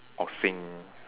or sing